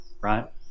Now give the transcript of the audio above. right